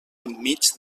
enmig